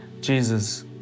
Jesus